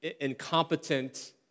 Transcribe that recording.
incompetent